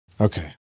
Okay